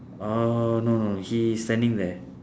uh no no he standing there